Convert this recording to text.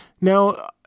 Now